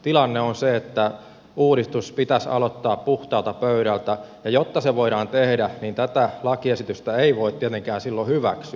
tilanne on se että uudistus pitäisi aloittaa puhtaalta pöydältä ja jotta se voidaan tehdä niin tätä lakiesitystä ei voi tietenkään silloin hyväksyä